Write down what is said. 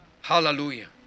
Hallelujah